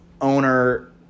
owner